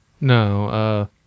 No